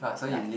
like